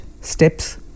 steps